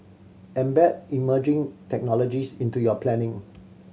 embed emerging technologies into your planning